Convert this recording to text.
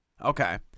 Okay